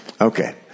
Okay